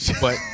But-